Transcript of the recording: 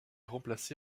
remplacé